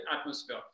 atmosphere